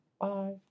Bye